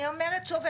אני אומרת שוב,